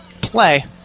play